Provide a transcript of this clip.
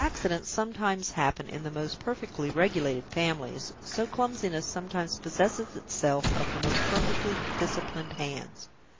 as accidents sometimes happen in the most perfectly regulated families, so clumsiness sometimes possesses itself of the most perfectly disciplined hands.